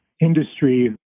industry